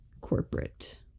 corporate